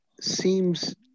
seems